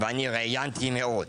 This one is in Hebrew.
ואני ראיינתי מאות.